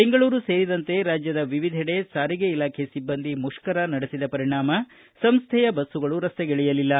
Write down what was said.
ಬೆಂಗಳೂರು ಸೇರಿದಂತೆ ರಾಜ್ಯದ ವಿವಿಧೆಡೆ ಸಾರಿಗೆ ಇಲಾಖೆ ಸಿಬ್ಬಂದಿ ಮುಷ್ಕರ ನಡೆಸಿದ ಪರಿಣಾಮ ಸಂಸ್ಥೆಯ ಬಸ್ಸುಗಳು ರಸ್ತೆಗಿಳಿಯಲಿಲ್ಲ